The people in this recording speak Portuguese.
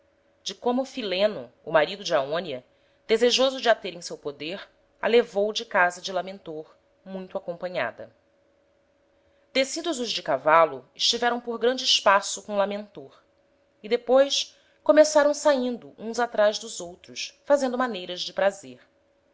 de como fileno o marido de aonia desejoso de a ter em seu poder a levou de casa de lamentor muito acompanhada descidos os de cavalo estiveram por grande espaço com lamentor e depois começaram saindo uns atraz dos outros fazendo maneiras de prazer